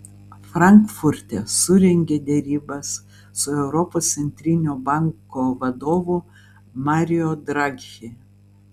frankfurte surengė derybas su europos centrinio banko vadovu mario draghi